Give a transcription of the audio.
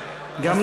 אז,